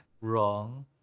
wrong